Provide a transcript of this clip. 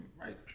Right